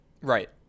Right